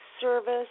service